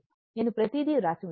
నేను ప్రతీది వ్రాసి ఉంచాను